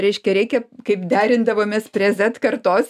reiškia reikia kaip derindavomės prie z kartos